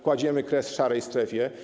Kładziemy kres szarej strefie.